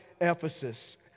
Ephesus